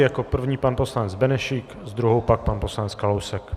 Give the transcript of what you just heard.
Jako první pan poslanec Benešík, s druhou pak pan poslanec Kalousek.